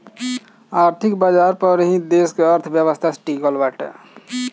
आर्थिक बाजार पअ ही देस का अर्थव्यवस्था टिकल बाटे